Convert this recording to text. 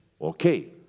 Okay